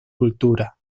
cultura